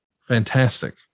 Fantastic